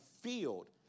field